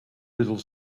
little